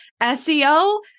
SEO